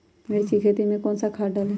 मिर्च की खेती में कौन सा खाद डालें?